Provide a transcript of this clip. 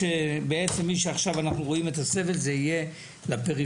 בעצם מי שעכשיו אנחנו רואים את הסבל זה יהיה לפריפריה,